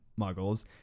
muggles